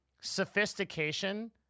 sophistication